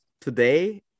today